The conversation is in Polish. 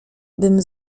bym